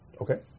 Okay